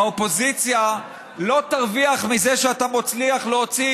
האופוזיציה לא תרוויח מזה שאתה מצליח להוציא